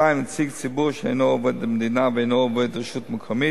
2. נציג ציבור שאינו עובד מדינה ואינו עובד רשות מקומית,